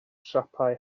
siapau